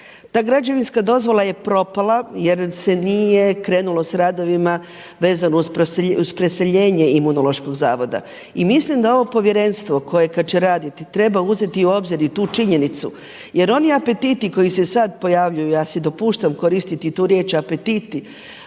Ta građevinska dozvola je propala jer se nije krenulo sa radovima vezano uz preseljenje Imunološkog zavoda. I mislim da ovo povjerenstvo koje kada će raditi treba uzeti u obzir i tu činjenicu. Jer oni apetiti koji se sada pojavljuju, ja si dopuštam koristiti tu riječ apetiti,